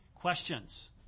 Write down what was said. Questions